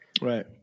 Right